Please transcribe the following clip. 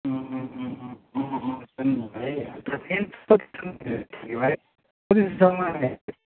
अँ अँ अँ अँ अँ